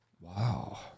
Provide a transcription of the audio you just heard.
Wow